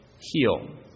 heal